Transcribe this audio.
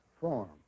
form